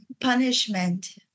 punishment